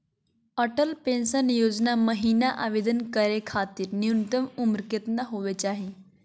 Atal pension योजना महिना आवेदन करै खातिर न्युनतम उम्र केतना होवे चाही?